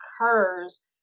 occurs